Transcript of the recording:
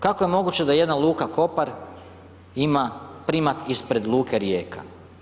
Kako je moguće da je jedna Luka Kopar ima primat ispred Luke Rijeka?